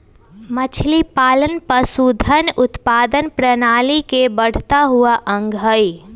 मछलीपालन पशुधन उत्पादन प्रणाली के बढ़ता हुआ अंग हई